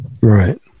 Right